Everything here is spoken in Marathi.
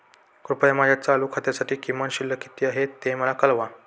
कृपया माझ्या चालू खात्यासाठी किमान शिल्लक किती आहे ते मला कळवा